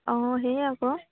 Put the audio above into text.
অঁ সেয়ে আকৌ